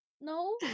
no